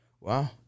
Wow